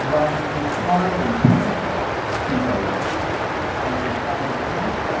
runs entirely counter to those values. it runs entirely counter